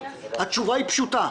התשובה פשוטה: